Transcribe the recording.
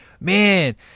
man